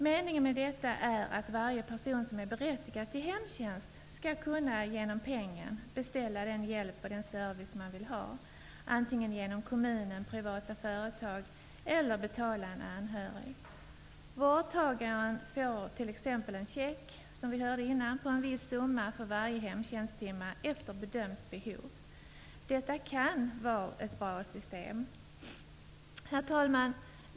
Meningen med denna är att varje person som är berättigad till hemtjänst genom pengen skall kunna beställa den hjälp och service man vill ha, antingen genom kommunen, privata företag eller en anhörig. Vårdtagaren får t.ex. en check på en viss summa för varje hemtjänsttimme efter bedömt behov. Detta kan vara ett bra system. Herr talman!